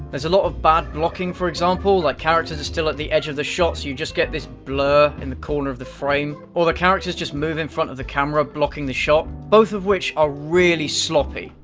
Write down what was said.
there's a lot of bad blocking, for example, like characters are still at the edge of the shot so you just get this blur in the corner of the frame. or the characters just move in front of the camera blocking the shot, both of which are really sloppy.